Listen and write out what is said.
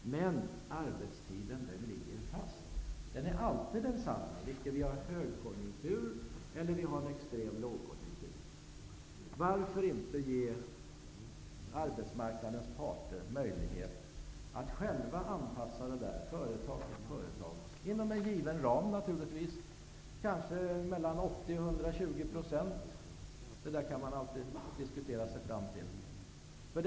Men arbetstiden ligger fast. Den är alltid densamma vare sig vi har en högkonjunktur eller en extrem lågkonjunktur. Varför inte ge arbetsmarknadens parter möjlighet att själva anpassa arbetstiden från företag till företag? Det skall naturligtvis ske inom en given ram, kanske mellan 80 % och 120 %. Det kan man alltid diskutera sig fram till.